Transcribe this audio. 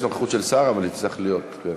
יש נוכחות של שר, אבל היא תצטרך להיות.